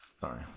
Sorry